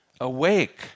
Awake